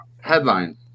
headline